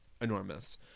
enormous